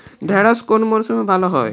ঢেঁড়শ কোন মরশুমে ভালো হয়?